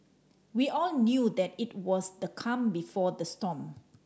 we all knew that it was the calm before the storm